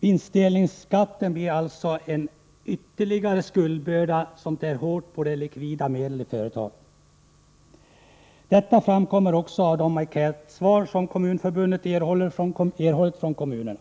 Vinstdelningsskatten blir alltså en ytterligare skuldbörda som tär hårt på företagens innehav av likvida medel. Detta framgår också av de enkätsvar som Kommunförbundet erhållit från kommunerna.